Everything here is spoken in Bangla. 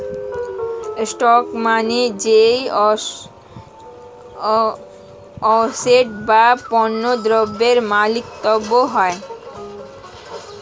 স্টক মানে যেই অ্যাসেট বা পণ্য দ্রব্যের মালিকত্ব হয়